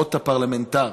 אות הפרלמנטר.